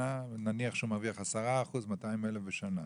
נניח שהוא מרוויח 10 אחוזים בשנה שהם 200,000 שקלים בשנה.